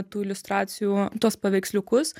tų iliustracijų tuos paveiksliukus